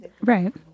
Right